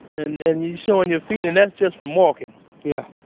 and and you're showing your feet, and that's just from walking yeah